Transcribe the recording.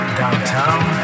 downtown